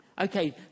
Okay